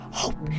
hope